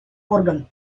орган